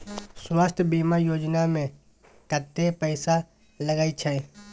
स्वास्थ बीमा योजना में कत्ते पैसा लगय छै?